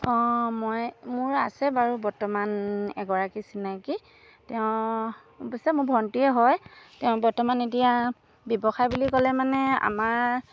অঁ মই মোৰ আছে বাৰু বৰ্তমান এগৰাকী চিনাকি তেওঁ অৱশ্যে মোৰ ভণ্টিয়ে হয় তেওঁ বৰ্তমান এতিয়া ব্যৱসায় বুলি ক'লে মানে আমাৰ